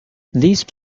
these